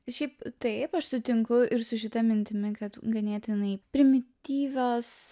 šiaip taip aš sutinku ir su šita mintimi kad ganėtinai primityvios